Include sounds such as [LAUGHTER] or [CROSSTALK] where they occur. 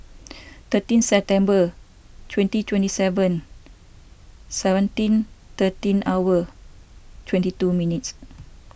[NOISE] thirteen September twenty twenty seven seventeen thirteen hour twenty two minutes